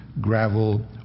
gravel